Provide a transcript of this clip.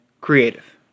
Creative